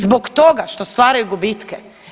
Zbog toga što stvaraju gubitke.